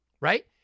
right